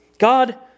God